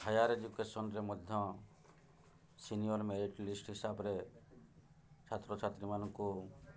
higher ଏଜୁକେସନରେ ମଧ୍ୟ senior merit list ହିସାବରେ ଛାତ୍ରଛାତ୍ରୀମାନଙ୍କୁ